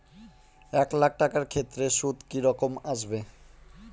এক লাখ টাকার ক্ষেত্রে সুদ কি রকম আসবে?